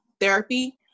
therapy